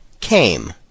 came